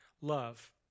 love